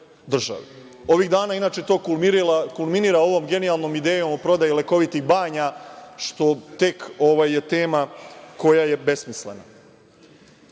Ovih dana inače to kulminira ovom genijalnom idejom prodaji lekovitih banja, što je tek tema koja je besmislena. Ovde